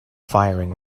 firing